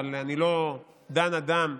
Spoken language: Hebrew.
אבל אני לא דן אדם,